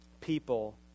people